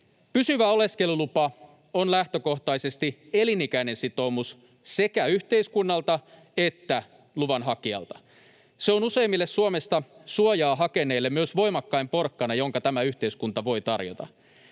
Pysyvä oleskelulupa on lähtökohtaisesti elinikäinen sitoumus sekä yhteiskunnalta että luvan hakijalta. Se on useimmille Suomesta suojaa hakeneille myös voimakkain porkkana, jonka tämä yhteiskunta voi tarjota.